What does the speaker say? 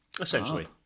Essentially